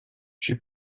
she